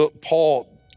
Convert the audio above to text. Paul